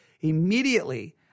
immediately